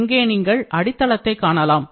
இங்கே நீங்கள் அடித்தளத்தை காணலாம்